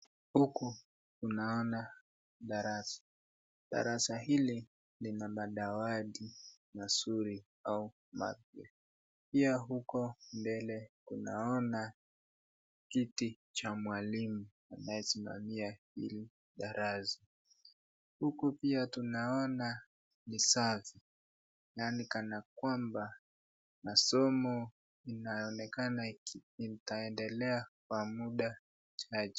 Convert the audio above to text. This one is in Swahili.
Huku tunaona darasa. Darasa hili lina mada wadi masuri au mapya. Pia huko mbele tunaona kiti cha mwalimu anayesimamia hili darasa. Huku pia tunaona ni safi na ni kana kwamba masomo inaonekana itaendelea kwa muda mrefu.